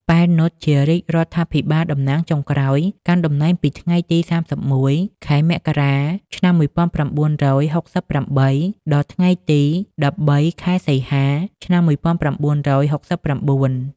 ប៉ែន នុត ជារាជរដ្ឋាភិបាលសំណាងចុងក្រោយ កាន់តំណែងពីថ្ងៃទី ៣១ ខែមករា ឆ្នាំ១៩៦៨ ដល់ថ្ងៃទី ១៣ ខែសីហា ឆ្នាំ១៩៦៩។